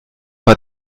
bei